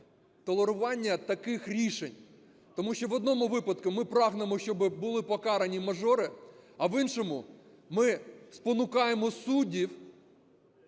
толерування таких рішень. Тому що в одному випадку ми прагнемо, щоб були покарані мажори, а в іншому ми спонукаємо суддів